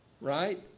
right